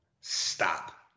Stop